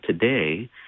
today